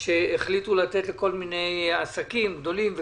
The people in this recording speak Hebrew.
שהחליטו לתת לכל מיני עסקים, גדולים וקטנים,